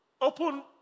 open